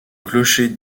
clocher